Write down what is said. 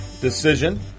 decision